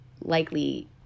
likely